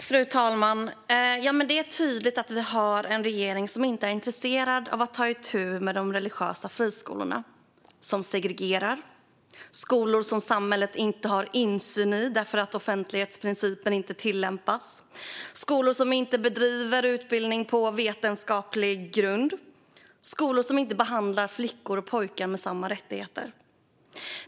Fru talman! Det är tydligt att vi har en regering som inte är intresserad av att ta itu med de religiösa friskolorna. Det är fråga om skolor som segregerar och som samhället inte har insyn i eftersom offentlighetsprincipen inte tillämpas. Det är skolor som inte bedriver utbildning på vetenskaplig grund och som inte behandlar flickor och pojkar med samma rättigheter.